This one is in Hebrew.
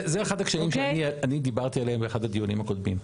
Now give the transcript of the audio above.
זה אחד הקשיים שאני דיברתי עליהם באחד הדיונים הקודמים.